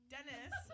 Dennis